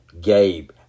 Gabe